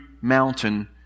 mountain